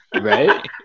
Right